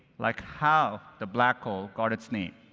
like how the black hole got its name.